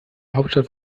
hauptstadt